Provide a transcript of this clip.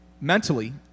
Mentally